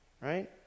right